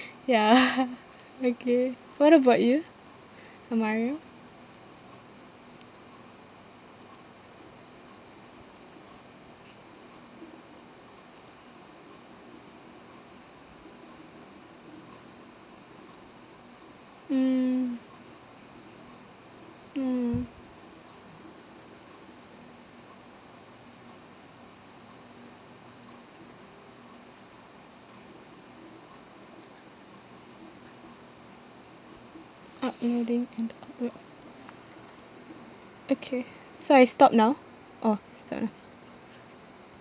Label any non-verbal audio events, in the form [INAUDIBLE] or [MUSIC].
ya [LAUGHS] okay what about you mm mm ending and upload okay so I stop now orh stop now